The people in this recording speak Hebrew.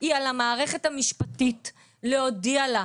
היא על המערכת המשפטית להודיע לה,